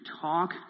talk